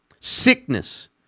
sickness